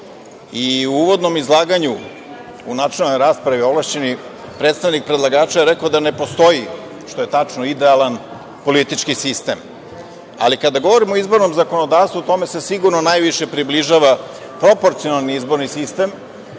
uvodnom izlaganju u načelnoj raspravi ovlašćeni predstavnik predlagača je rekao da ne postoji, što je tačno, idealan politički sistem, ali kada govorimo o izbornom zakonodavstvu, tome se sigurno najviše približava proporcionalni izborni sistem,